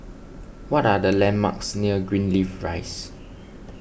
what are the landmarks near Greenleaf Rise